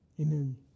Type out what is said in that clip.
amen